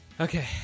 Okay